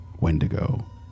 Wendigo